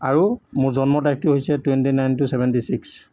আৰু মোৰ জন্মৰ তাৰিখটো হৈছে twenty nine two seventy six